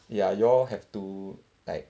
ya you all have to like